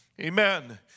Amen